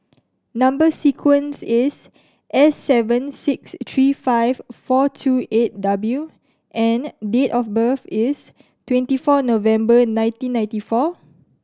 number sequence is S seven six three five four two eight W and date of birth is twenty four November nineteen ninety four